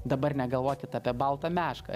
dabar negalvokit apie baltą mešką